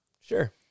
Sure